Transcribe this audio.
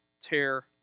tear